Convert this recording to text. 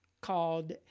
called